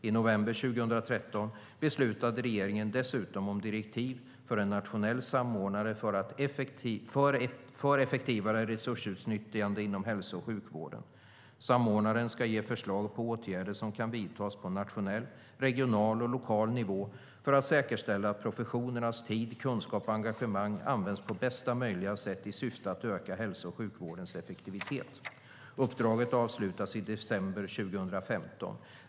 I november 2013 beslutade regeringen dessutom om direktiv för en nationell samordnare för effektivare resursutnyttjande inom hälso och sjukvården. Samordnaren ska ge förslag på åtgärder som kan vidtas på nationell, regional och lokal nivå för att säkerställa att professionernas tid, kunskap och engagemang används på bästa möjliga sätt i syfte att öka hälso och sjukvårdens effektivitet. Uppdraget avslutas i december 2015.